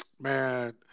Man